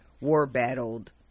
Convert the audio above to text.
war-battled